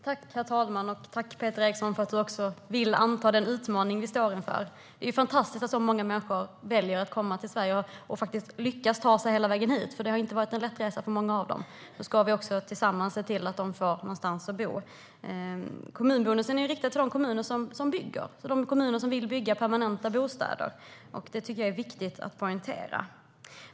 Herr talman! Tack, Peter Eriksson, för att du vill anta den utmaning vi står inför! Det är fantastiskt att så många människor väljer att komma till Sverige och att de faktiskt lyckas att ta sig hela vägen hit. För många av dem har det inte varit en lätt resa. Nu ska vi tillsammans se till att de får någonstans att bo. Kommunbonusen är ju riktad till de kommuner som vill bygga permanenta bostäder, vilket jag tycker är viktigt att poängtera.